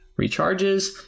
Recharges